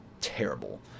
terrible